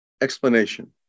explanation